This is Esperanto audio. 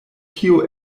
kio